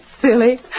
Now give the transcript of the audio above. Silly